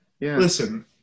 listen